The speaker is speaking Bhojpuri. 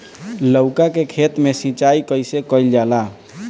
लउका के खेत मे सिचाई कईसे कइल जाला?